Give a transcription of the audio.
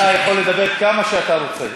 אתה יכול לדבר כמה שאתה רוצה,